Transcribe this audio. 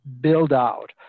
build-out